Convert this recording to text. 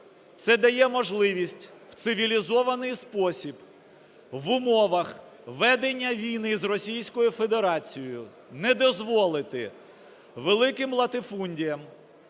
Це дає можливість в цивілізований спосіб, в умовах ведення війни з Російською Федерацією, не дозволити великим латифундіям,